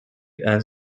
answer